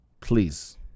Please